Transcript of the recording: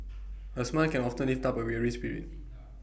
A smile can often lift up A weary spirit